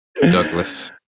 Douglas